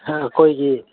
ꯍꯥ ꯑꯩꯈꯣꯏꯒꯤ